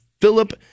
Philip